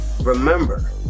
Remember